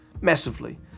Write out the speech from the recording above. massively